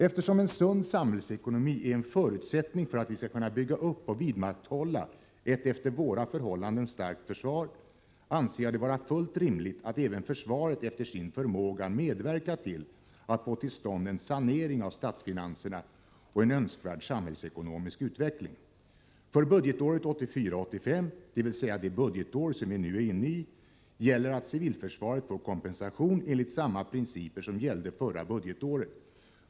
Eftersom en sund samhällsekonomi är en förutsättning för att vi skall kunna bygga upp och vidmakthålla ett efter våra förhållanden starkt försvar anser jag det vara fullt rimligt att även försvaret efter sin förmåga medverkar till att få till stånd en sanering av statsfinanserna och en önskvärd samhällsekonomisk utveckling. För budgetåret 1984/85, dvs. det budgetår som vi nu är inne i, gäller att civilförsvaret får kompensation enligt samma principer som gällde förra budgetåret.